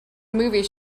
movies